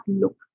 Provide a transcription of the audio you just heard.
look